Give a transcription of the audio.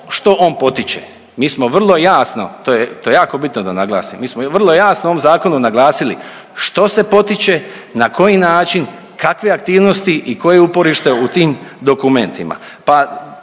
što on potiče. Mi smo vrlo jasno, to je, to je jako bitno da naglasimo. Mi smo vrlo jasno u ovom zakonu naglasili što se potiče, na koji način, kakve aktivnosti i koje je uporište u tim dokumentima. Pa